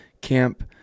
camp